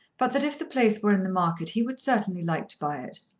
but that if the place were in the market he would certainly like to buy it.